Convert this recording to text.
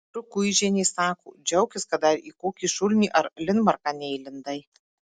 rukuižienė sako džiaukis kad dar į kokį šulinį ar linmarką neįlindai